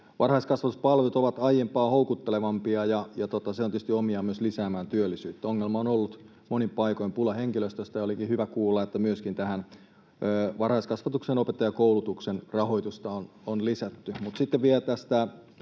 Varhaiskasvatuspalvelut ovat aiempaa houkuttelevampia, ja se on tietysti omiaan myös lisäämään työllisyyttä. Ongelmana on ollut monin paikoin pula henkilöstöstä, ja olikin hyvä kuulla, että myöskin tähän varhaiskasvatuksen opettajakoulutukseen on lisätty